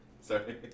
Sorry